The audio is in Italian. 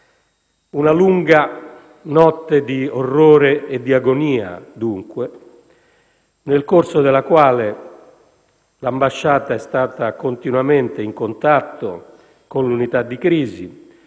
Una lunga notte di orrore e di agonia dunque, nel corso della quale l'ambasciata è stata continuamente in contatto con l'unità di crisi